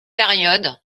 période